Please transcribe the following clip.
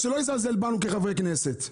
אז שלא יזלזל בנו כחברי כנסת.